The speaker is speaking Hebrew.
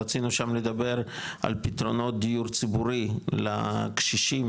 רצינו שם לדבר על פתרונות דיור ציבורי לקשישים